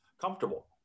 comfortable